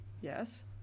Yes